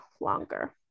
longer